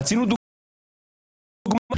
רצינו דוגמה,